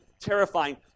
terrifying